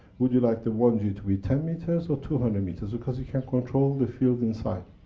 would you like the one g to be ten metres or two hundred metres? because we can control the field inside.